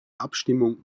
abstimmung